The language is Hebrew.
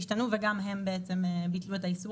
הכללים השתנו וגם הם ביטלו את האיסור